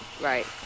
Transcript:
Right